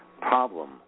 problem